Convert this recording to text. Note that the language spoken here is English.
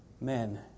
men